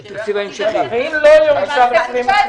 אם לא יאושר תקציב